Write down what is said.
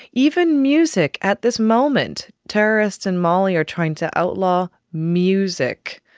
even music, at this moment terrorists in mali are trying to outlaw music.